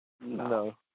No